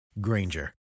Granger